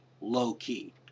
low-key